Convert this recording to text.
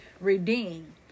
redeem